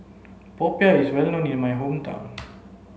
Popiah is well known in my hometown